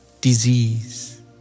disease